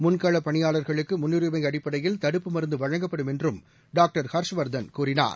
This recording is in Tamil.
முன்களப் பணியாளர்களுக்கு முன்னுரிமை அடிப்படையில் தடுப்பு மருந்து வழங்கப்படும் என்றும் டாக்டர் ஹர்ஷ்வர்தன் கூறினார்